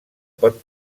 pot